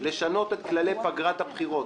לשנות את כללי פגרת הבחירות